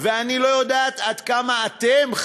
ואני לא יודעת עד כמה אתם,